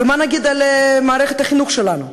ומה נגיד על מערכת החינוך שלנו?